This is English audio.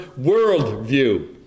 worldview